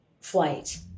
flight